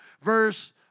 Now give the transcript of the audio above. verse